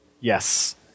yes